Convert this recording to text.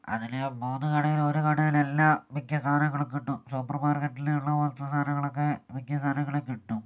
അതിലെ മൂന്ന് കടയിൽ ഒരു കടയിൽ എല്ലാ മിക്ക സാധനങ്ങളും കിട്ടും സൂപ്പർ മാർക്കറ്റിൽ ഉള്ളപോലത്തെ സാധനങ്ങളൊക്കെ മിക്ക സാധനങ്ങളും കിട്ടും